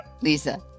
Lisa